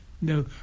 no